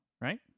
right